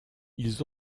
ils